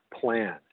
plan